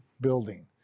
building